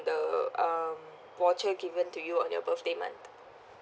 the um voucher given to you on your birthday month